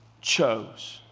chose